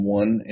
one